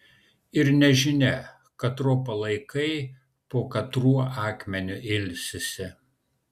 ir nežinia katro palaikai po katruo akmeniu ilsisi